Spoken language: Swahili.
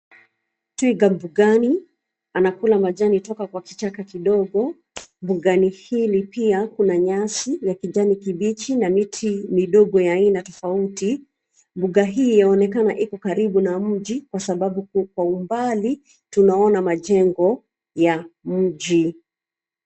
Twiga bugani, anakula majani toka kwa kichaka kidogo. Bugani hili pia kuna nyasi ya kijani kibichi na miti midogo ya aina tofauti. Buga hii yaonekana iko karibu na mji kwa sababu kwa umbali tunaona majengo ya mji.